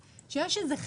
מה זה אומר?